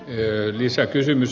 arvoisa puhemies